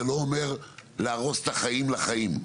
זה לא אומר להרוס את החיים לחיים,